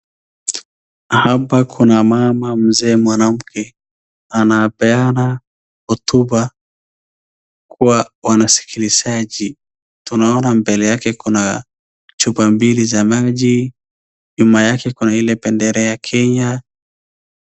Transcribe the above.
Hapa kuna mama mzee mwanamke anapeana hotuba kwa wasikilizaji na naona mbele yake kuna chupa mbili za maji, nyuma yake kuna ile bendera ya Kenya.